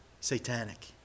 Satanic